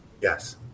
Yes